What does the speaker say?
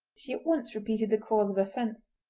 she at once repeated the cause of offence.